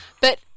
But-